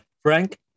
Frank